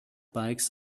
bikes